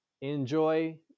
enjoy